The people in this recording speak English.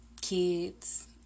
kids